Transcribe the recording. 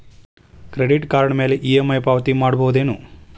Credit card ಮ್ಯಾಲೆ EMI ಪಾವತಿ ಮಾಡ್ಬಹುದೇನು?